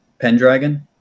Pendragon